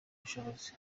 ubushobozi